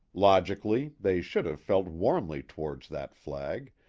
logically, they should have felt warmly towards that flag,